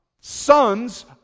sons